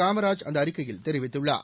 காமராஜ் அந்த அறிக்கையில் தெரிவித்துள்ளார்